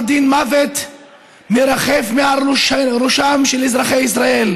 דין מוות מרחף מעל ראשם של אזרחי ישראל?